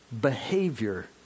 behavior